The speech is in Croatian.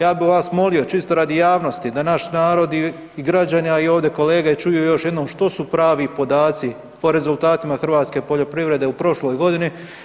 Ja bi vas molio, čisto radi javnosti, da naš narod i građani a i ovdje kolege čuju još jednom što su pravi podaci po rezultatima hrvatske poljoprivrede u prošloj godini?